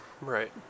Right